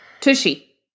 Tushy